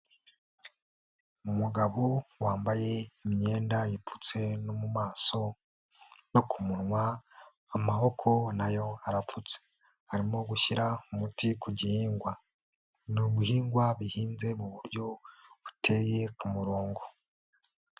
Umugabo wambaye imyenda ipfutse no mu maso no ku munwa, amaboko nayo arapfutse arimo gushyira umuti ku gihingwa, ni ubuhingwa bihinze mu buryo buteye murongo.